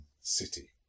city